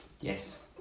Yes